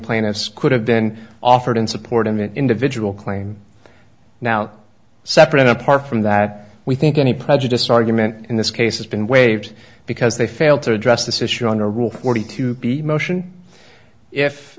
plaintiffs could have been offered in support of an individual claim now separate and apart from that we think any prejudice argument in this case has been waived because they failed to address this issue on a rule forty two b motion if